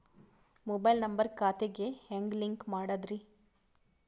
Mobile number ಖಾತೆ ಗೆ ಹೆಂಗ್ ಲಿಂಕ್ ಮಾಡದ್ರಿ?